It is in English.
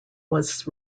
was